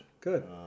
good